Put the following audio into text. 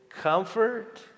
Comfort